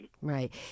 right